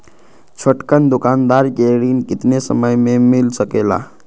छोटकन दुकानदार के ऋण कितने समय मे मिल सकेला?